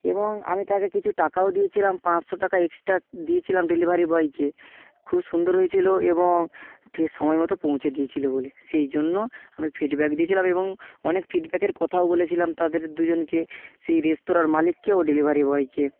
এবং আমি তাকে কিছু টাকাও দিয়েছিলাম পাঁচশো টাকা এক্সট্রা দিয়েছিলাম ডেলিভারি বয়কে খুব সুন্দর হয়েছিল এবং ঠিক সময় মতো পৌঁছে দিয়েছিল বলে সেই জন্য আমি ফিডব্যাক দিয়েছিলাম এবং অনেক ফিডব্যাকের কথাও বলেছিলাম তাদের দুজনকে সেই রেস্তরাঁর মালিককে ও ডেলিভারি বয়কে